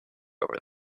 over